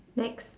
next